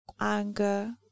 anger